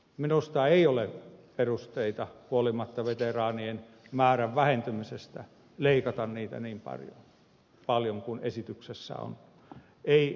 minusta ei ole perusteita leikata niitä niin paljon kuin esityksessä on huolimatta veteraanien määrän vähentymisestä